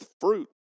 fruit